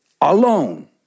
alone